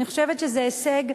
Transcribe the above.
אני חושבת שזה הישג,